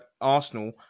Arsenal